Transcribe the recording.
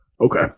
Okay